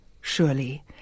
Surely